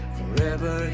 forever